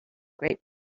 great